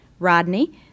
Rodney